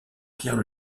pierre